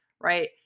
right